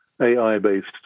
AI-based